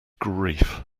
grief